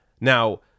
Now